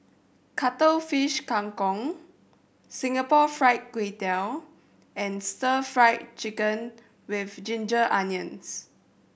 Cuttlefish Kang Kong Singapore Fried Kway Tiao and Stir Fried Chicken With Ginger Onions